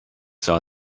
saw